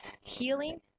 healing